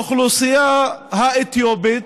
לאוכלוסייה האתיופית.